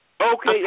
Okay